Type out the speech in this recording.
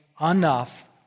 enough